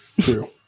True